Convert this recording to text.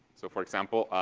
so, for example,